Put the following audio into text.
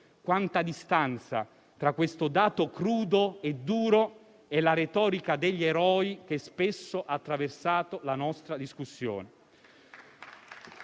Quanta distanza tra questo dato crudo e duro e la retorica degli eroi che spesso ha attraversato la nostra discussione.